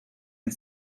and